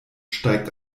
steigt